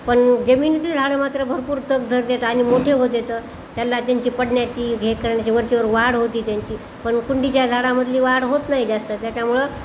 पण जमीनीतील झाडं मात्र भरपूर तग धरतात आणि मोठे होतातं त्याला त्यांची पडण्याची हे करण्याची वरचेवर वाढ होते त्यांची पण कुंडीच्या झाडामधली वाढ होत नाही जास्त त्याच्यामुळं